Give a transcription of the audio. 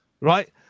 right